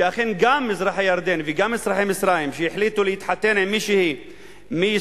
שאכן גם אזרחי ירדן וגם אזרחי מצרים שהחליטו להתחתן עם מישהי מישראל,